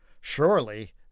Surely